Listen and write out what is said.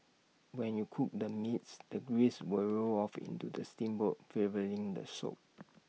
when you cook the meats the grease will roll off into the steamboat flavouring the soup